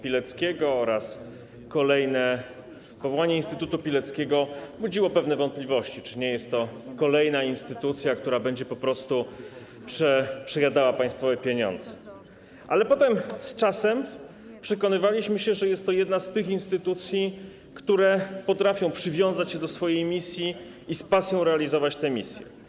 Powołanie instytutu Pileckiego budziło pewne wątpliwości, czy nie jest to kolejna instytucja, która będzie po prostu przejadała państwowe pieniądze, ale potem, z czasem przekonywaliśmy się, że jest to jedna z tych instytucji, które potrafią przywiązać się do swojej misji i z pasją realizować tę misję.